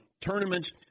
tournaments